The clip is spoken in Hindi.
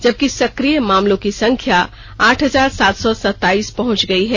जबकि सक्रिय मामलों की संख्या आठ हजार सात सौ सताईस पहंच गई है